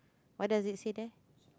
what does it say there